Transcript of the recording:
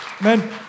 Amen